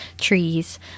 trees